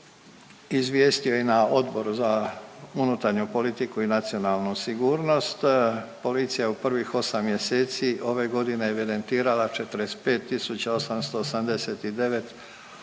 izvijestio i na Odboru za unutarnju politiku i nacionalnu sigurnost, policija je u prvih 8 mjeseci ove godine evidentirala 45 889